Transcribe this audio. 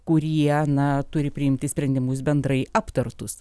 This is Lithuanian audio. kurie na turi priimti sprendimus bendrai aptartus